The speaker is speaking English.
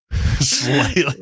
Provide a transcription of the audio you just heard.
slightly